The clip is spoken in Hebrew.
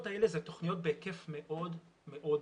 אלה תוכניות בהיקף מאוד מאוד גדול.